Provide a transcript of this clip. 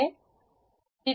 हे एक आहे